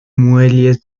muelles